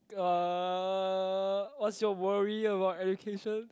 uh what's your worry about education